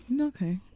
Okay